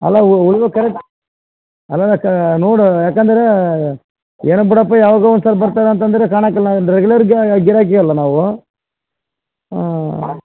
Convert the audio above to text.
ಅಲ್ಲ ಅಲ್ಲಲ್ಲ ನೋಡು ಯಾಕಂದರೆ ಏನೊ ಬಿಡಪ್ಪ ಯಾವಾಗ್ಲೋ ಒಂದು ಸಲ ಬರ್ತಾರೆ ಅಂತಂದರೆ ಕಾಣೋಕಿಲ್ಲ ರೆಗ್ಯುಲರ್ ಗಿರಾಕಿ ಅಲ್ವ ನಾವು ಹಾಂ